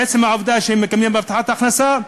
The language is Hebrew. עצם העובדה שהם מקבלים הבטחת הכנסה,